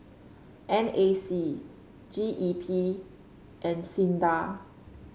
N A C G E P and SINDA